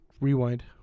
rewind